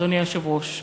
אדוני היושב-ראש.